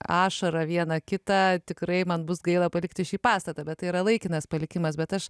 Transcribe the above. ašarą vieną kitą tikrai man bus gaila palikti šį pastatą bet tai yra laikinas palikimas bet aš